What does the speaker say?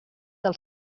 del